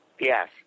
Yes